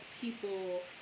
people